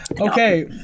Okay